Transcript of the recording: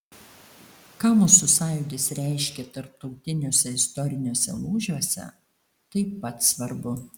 ką mūsų sąjūdis reiškė tarptautiniuose istoriniuose lūžiuose taip pat svarbu